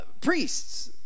priests